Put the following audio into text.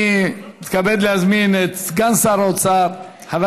אני מתכבד להזמין את סגן שר האוצר חבר